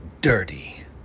dirty